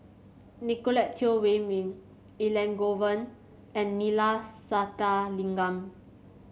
Nicolette Teo Wei Min Elangovan and Neila Sathyalingam